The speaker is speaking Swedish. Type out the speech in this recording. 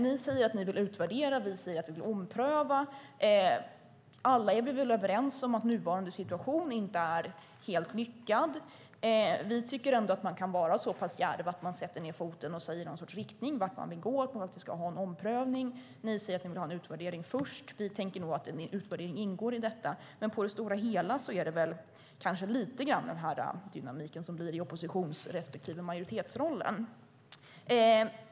Ni säger att ni vill utvärdera, och vi säger att vi vill ompröva. Alla är vi väl överens om att nuvarande situation inte är helt lyckad. Vi tycker ändå att man kan vara så pass djärv att man sätter ned foten och säger att man vill gå i en viss riktning och att man ska göra en omprövning. Ni säger att ni vill ha en utvärdering först. Vi tänker nog att en utvärdering ingår i detta. Men på det stora hela kanske det blir den dynamiken i oppositions respektive majoritetsrollen.